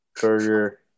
burger